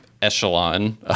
echelon